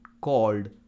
called